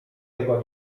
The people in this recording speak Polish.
tego